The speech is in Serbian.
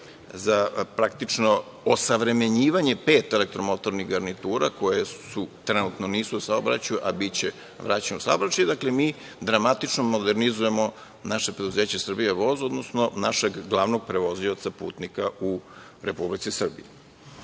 za praktično osavremenjivanje pet elektromotornih garnitura koje trenutno nisu u saobraćaju, a biće vraćene u saobraćaj, dakle, mi dramatično modernizujemo naše preduzeće "Srbija voz", odnosno našeg glavnog prevozioca putnika u Republici Srbiji. Kada